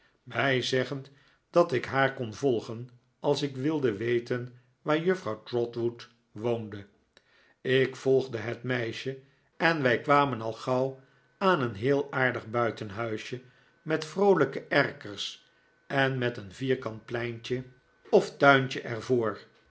mij zeggend dat ik haar kon volgen als ik wilde weten waar juffrouw trotwood woonde ik volgde het meisje en wij kwamen al gauw aan een heel aardig buitenhuisje met vroolijke erkers en met een vierkant pleintje of tuintje